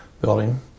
building